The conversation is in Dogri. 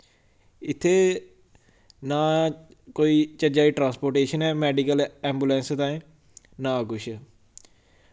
इत्थें ना कोई चज्जा दी ट्रांसपोर्टेशन ऐ मैडिकल एम्बुलैंस ताहीं ना कुछ